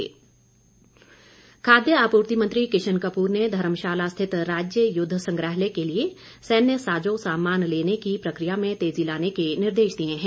किशन कपूर खाद्य आपूर्ति मंत्री किशन कपूर ने धर्मशाला स्थित राज्य युद्ध संग्रहालय के लिए सैन्य साजो सामान लेने की प्रकिया में तेजी लाने के निर्देश दिए हैं